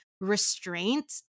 restraint